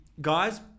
guys